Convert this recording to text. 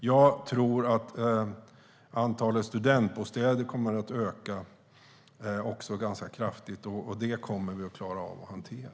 Jag tror att också antalet studentbostäder kommer att öka ganska kraftigt. Det kommer vi att klara av att hantera.